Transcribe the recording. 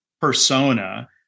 persona